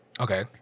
Okay